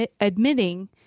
admitting